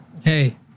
Hey